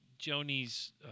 Joni's